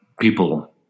people